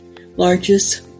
largest